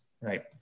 right